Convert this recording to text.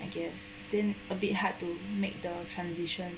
I guess then a bit hard to make the transition